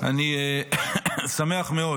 אני שמח מאוד